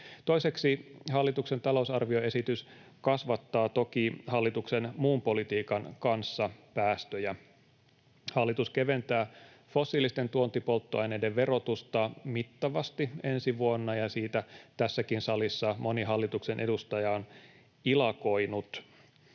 Toiseksi hallituksen talousarvioesitys kasvattaa päästöjä — toki hallituksen muun politiikan kanssa. Hallitus keventää fossiilisten tuontipolttoaineiden verotusta mittavasti ensi vuonna, ja siitä tässäkin salissa moni hallituksen edustaja on ilakoinut.